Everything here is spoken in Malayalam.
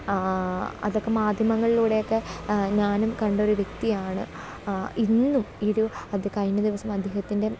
അതൊക്കെ മാധ്യമങ്ങളിലൂടെയൊക്കെ ഞാനും കണ്ടൊരു വ്യക്തിയാണ് ഇന്നും ഇരു അത് കഴിഞ്ഞ ദിവസം അദ്ദേഹത്തിന്റെ